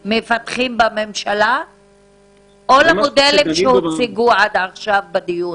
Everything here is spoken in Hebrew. מפתחים בממשלה או למודלים שהוצגו עד עכשיו בדיון?